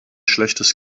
schlechtes